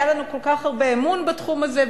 היה לנו כל כך הרבה אמון בתחום הזה,